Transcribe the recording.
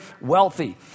wealthy